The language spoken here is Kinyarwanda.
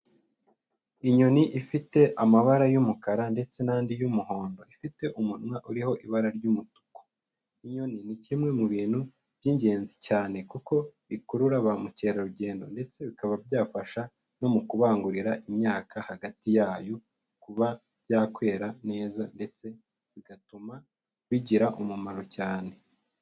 Inyoni ifite amabara y'umukara ndetse n'andi y'umuhondo, ifite umunwa uriho ibara ry'umutuku, inyoni ni kimwe mu bintu by'ingenzi cyane kuko bikurura ba mukerarugendo ndetse bikaba byafasha no mu kubangurira imyaka hagati yayo, kuba byakwera neza ndetse bigatuma bigira umumaro cyane.